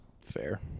fair